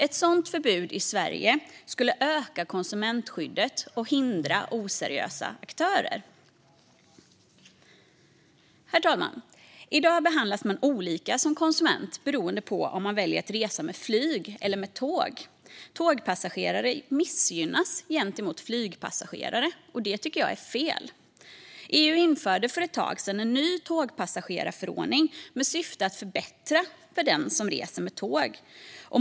Ett sådant förbud i Sverige skulle öka konsumentskyddet och hindra oseriösa aktörer. Herr talman! I dag behandlas man olika som konsument beroende på om man väljer att resa med flyg eller tåg. Tågpassagerare missgynnas gentemot flygpassagerare, och det tycker jag är fel. EU införde för ett tag sedan en ny tågpassagerarförordning med syfte att förbättra för den som reser med tåg.